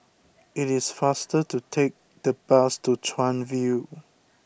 it is faster to take the bus to Chuan View